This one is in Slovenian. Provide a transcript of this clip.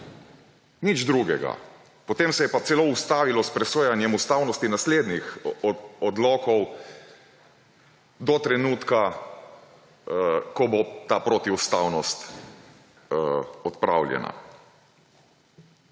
Nič drugega. Potem se je pa celo ustavilo s presojanjem ustavnosti naslednjih odlokov do trenutka, ko bo ta protiustavnost odpravljena.